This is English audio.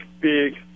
big